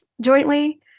jointly